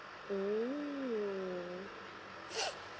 mm